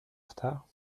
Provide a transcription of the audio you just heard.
retard